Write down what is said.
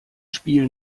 spiel